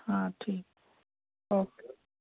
हाँ ठीक है ओ के